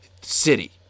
City